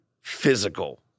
physical